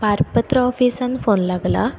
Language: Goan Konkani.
पारपत्र ऑफिसान फोन लागला